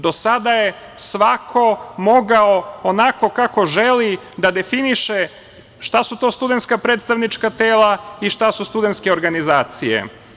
Do sada je svako mogao onako kako želi da definiše šta su to studentska predstavnička tela i šta su studentske organizacije.